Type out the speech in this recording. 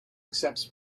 accepts